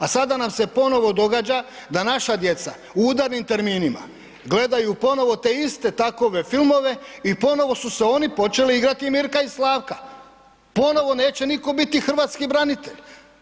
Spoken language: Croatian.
A sada nam se ponovo događa da naša djeca u udarnim terminima gledaju ponovo te iste takove filmove i ponovo su se oni počeli igrati Mirka i Slavka, ponovo niko neće biti hrvatski branitelj.